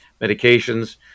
medications